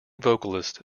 vocalist